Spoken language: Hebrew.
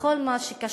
בכל מה שקשור